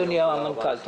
אדוני המנכ"ל.